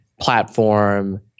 platform